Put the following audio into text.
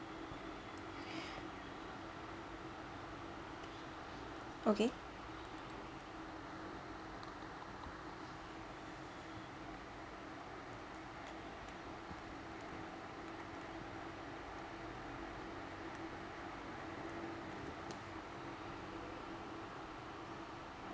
okay